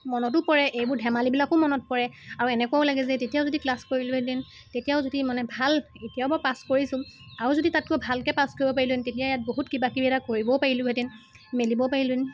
মনতো পৰে এইবোৰ ধেমালিবিলাকো মনত পৰে আৰু এনেকুৱাও লাগে যে তেতিয়াও যদি ক্লাছ কৰিলোহেঁতেন তেতিয়াও মানে যদি ভাল এতিয়া বাৰু পাছ কৰিছোঁ আৰু যদি তাতকৈ ভালকৈ পাছ কৰিব পাৰিলোহেঁতেন তেতিয়াই ইয়াত বহুত কিবাকিবি কৰিব পাৰিলোহেঁতেন মিলিবও পাৰিলোহেঁতেন